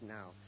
now